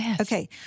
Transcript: Okay